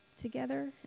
together